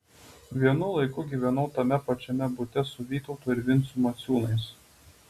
vienu laiku gyvenau tame pačiame bute su vytautu ir vincu maciūnais